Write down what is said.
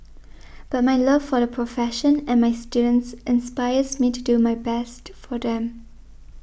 but my love for the profession and my students inspires me to do my best for them